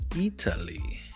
Italy